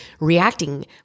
reacting